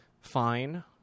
fine